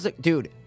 Dude